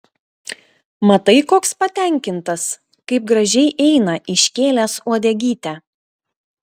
matai koks patenkintas kaip gražiai eina iškėlęs uodegytę